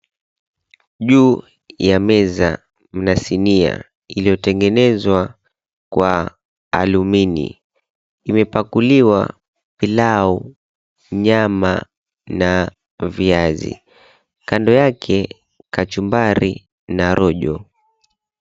Juu ya meza mna sinia iliyotengenezwa kwa alumini imepakuliwa pilau, nyama na viazi, kando yake kachumbari na rojo.